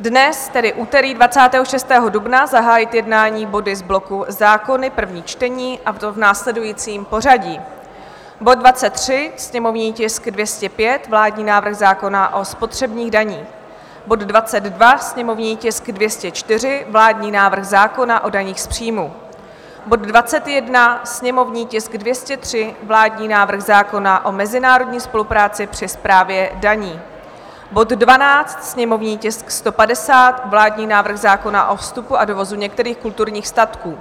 Dnes, tedy v úterý 26. dubna, zahájit jednání body z bloku zákony první čtení, a to v následujícím pořadí: bod 23, sněmovní tisk 205 vládní návrh zákona o spotřebních daních, bod 22, sněmovní tisk 204 vládní návrh zákona o daních z příjmů, bod 21, sněmovní tisk 203 vládní návrh zákona o mezinárodní spolupráci při správě daní, bod 12, sněmovní tisk 150 vládní návrh zákona o vstupu a dovozu některých kulturních statků,